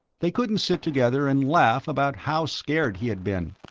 they couldn't sit together and laugh about how scared he had been.